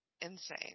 insane